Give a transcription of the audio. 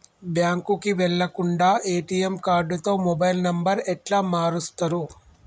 బ్యాంకుకి వెళ్లకుండా ఎ.టి.ఎమ్ కార్డుతో మొబైల్ నంబర్ ఎట్ల మారుస్తరు?